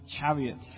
chariots